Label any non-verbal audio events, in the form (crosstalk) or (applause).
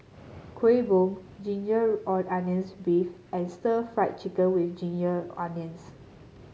Kueh Bom Ginger (unintelligible) Onions beef and Stir Fried Chicken with Ginger Onions